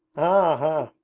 ah, ha!